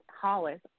Hollis